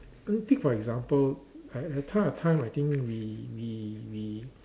think for example at that point of time we we we